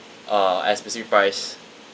uh at a specific price